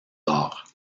arts